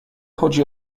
chodzi